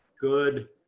good